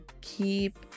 keep